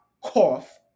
cough